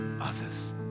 others